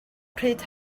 pryd